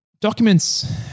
documents